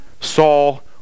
Saul